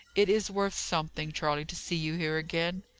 it is worth something, charley, to see you here again.